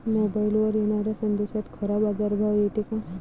मोबाईलवर येनाऱ्या संदेशात खरा बाजारभाव येते का?